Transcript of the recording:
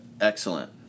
Excellent